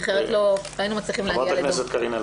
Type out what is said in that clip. כי אחרת לא היינו מצליחים להגיע למסקנות.